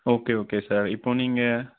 okay okay sir இப்போது நீங்கள்